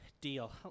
Deal